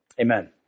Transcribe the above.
Amen